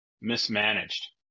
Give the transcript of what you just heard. mismanaged